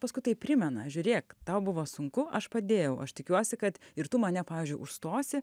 paskui tai primena žiūrėk tau buvo sunku aš padėjau aš tikiuosi kad ir tu mane pavyzdžiui užstosi